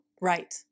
right